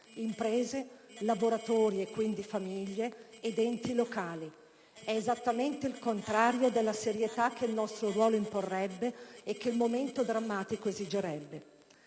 imprese, lavoratori (quindi famiglie) ed enti locali. È esattamente il contrario della serietà che il nostro ruolo imporrebbe e che il momento drammatico esigerebbe.